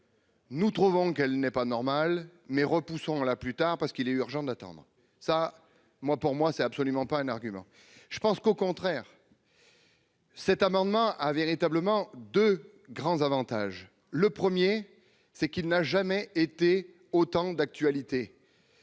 Nous trouvons qu'elle n'est pas normal mais repoussant la plus tard parce qu'il est urgent d'attendre, ça moi, pour moi, c'est absolument pas un argument, je pense qu'au contraire. Cet amendement a véritablement de grands avantages, le 1er c'est qu'il n'a jamais été autant d'actualité